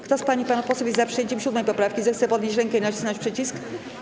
Kto z pań i panów posłów jest za przyjęciem 7. poprawki, zechce podnieść rękę i nacisnąć przycisk.